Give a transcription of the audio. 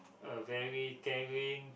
a very caring